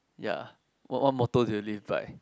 ya what what motto do you live by